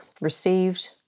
received